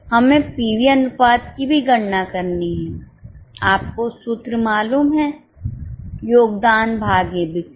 हमें पीवी अनुपात की भी गणना करनी है आपको सूत्र मालूम है योगदान भागे बिक्री